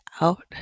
out